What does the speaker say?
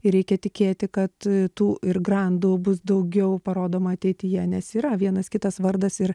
ir reikia tikėti kad tų ir grandų bus daugiau parodoma ateityje nes yra vienas kitas vardas ir